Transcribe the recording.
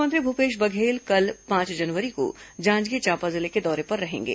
मुख्यमंत्री भूपेश बघेल कल पांच जनवरी को जांजगीर चांपा जिले के दौरे पर रहेंगे